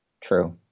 True